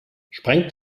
sprengt